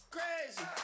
Crazy